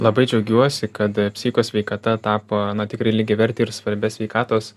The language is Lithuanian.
labai džiaugiuosi kad psichikos sveikata tapo na tikrai lygiavertė ir svarbia sveikatos